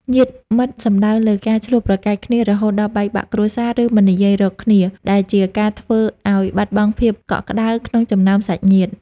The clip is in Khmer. ញាតិមិត្តសំដៅលើការ ឈ្លោះប្រកែកគ្នា រហូតដល់បែកបាក់គ្រួសារ ឬមិននិយាយរកគ្នា ដែលជាការធ្វើឲ្យបាត់បង់ភាពកក់ក្តៅក្នុងចំណោមសាច់ញាតិ។